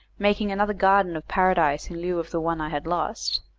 making another garden of paradise in lieu of the one i had lost,